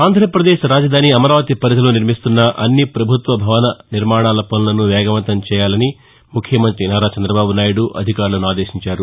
ఆంధ్రాపదేశ్ రాజధాని అమరావతి పరిధిలో నిర్మిస్తున్న అన్ని పభుత్వ భవన నిర్మాణాల పనులను వేగవంతం చేయాలని ముఖ్యమంత్రి నారా చందబాబునాయుడు అధికారులను ఆదేశించారు